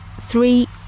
Three